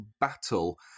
battle